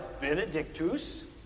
Benedictus